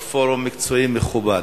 בפורום מקצועי מכובד,